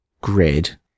grid